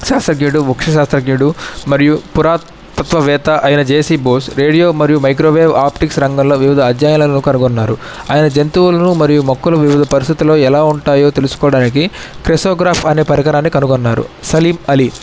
శాస్త్రజ్ఞుడు ముఖ్య శాస్త్రజ్ఞుడు మరియు పురాతత్వవేత్త అయిన జేసీ బోస్ రేడియో మరియు మైక్రోవేవ్ ఆప్టిక్స్ రంగంలో వివిధ అధ్యాయాలు కనుగొన్నారు ఆయన జంతువులను మరియు మొక్కలు వివిధ పరిస్థితులలో ఎలా ఉంటాయో తెలుసుకోవడానికి క్రెస్కోగ్రాఫ్ అనే పరికరాన్ని కనుగొన్నారు సలీం అలీ